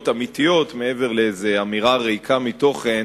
אמיתיות מעבר לאיזה אמירה ריקה מתוכן